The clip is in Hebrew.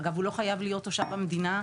אגב, הוא לא חייב להיות תושב המדינה.